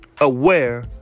Aware